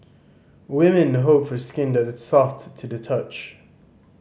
women hope for skin that is soft to the touch